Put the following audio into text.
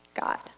God